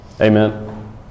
Amen